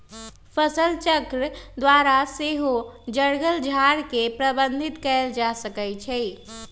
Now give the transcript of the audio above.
फसलचक्र द्वारा सेहो जङगल झार के प्रबंधित कएल जा सकै छइ